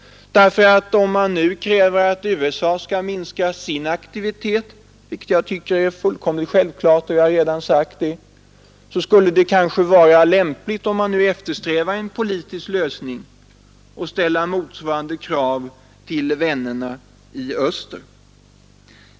Om man nu kräver att USA skall minska sin aktivitet i Vietnam, vilket är fullkomligt självklart — det har jag sagt tidigare — vore det kanske lämpligt, om man eftersträvar en politisk lösning, att ställa motsvarande krav på vännerna i öster.